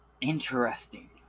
Interesting